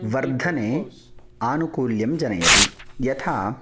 वर्धने आनुकूल्यं जनयति यथा